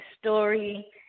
Story